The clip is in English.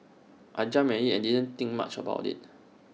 I jumped at IT and didn't think much about IT